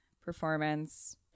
performance